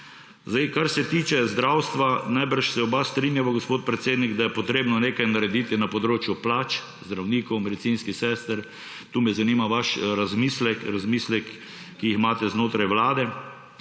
Kar se tiče zdravstva, najbrž se oba strinjava, gospod predsednik, da je potrebno nekaj narediti na področju plač zdravnikov, medicinskih sester. Tu me zanima vaš razmislek, razmisleki, ki jih imate znotraj vlade.